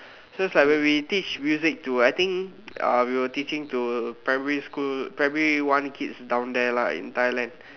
so it's like when we teach music to I think uh we were teaching to primary school primary one kids down there lah in Thailand